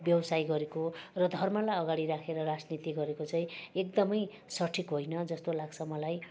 व्यवसाय गरेको र धर्मलाई अगाडि राखेर राजनैतिक गरेको चाहिँ एकदमै सठिक होइन जस्तो लाग्छ मलाई